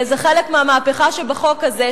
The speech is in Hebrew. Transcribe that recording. זה חלק מהמהפכה שבחוק הזה,